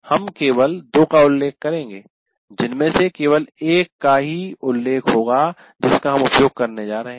हम केवल दो का उल्लेख करेंगे जिनमें से केवल एक का ही उल्लेख होगा जिसका हम उपयोग करने जा रहे हैं